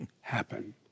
happen